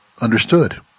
understood